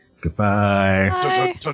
Goodbye